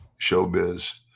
showbiz